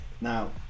Now